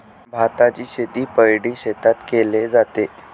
भाताची शेती पैडी शेतात केले जाते